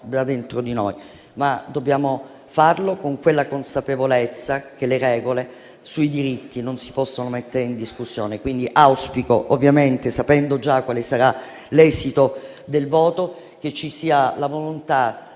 da dentro di noi. Dobbiamo comunque farlo con la consapevolezza che le regole sui diritti non si possono mettere in discussione. Auspico, quindi, ovviamente sapendo già quale sarà l'esito del voto, che ci sia la volontà